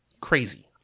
crazy